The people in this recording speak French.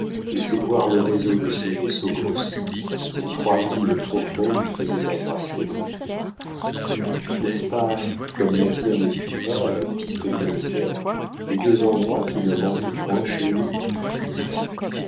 froissé laissait voir le réseau de ses vaisseaux grossis où trois lignes profondes lui faisaient un bracelet de rides n'est-ce pas comme l'a dit un écrivain à la piste de nos misères les deux endroits qui ne mentent point chez nous dit-elle